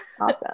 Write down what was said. awesome